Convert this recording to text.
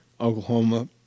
Oklahoma